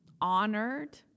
honored